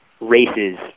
races